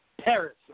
Paris